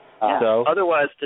Otherwise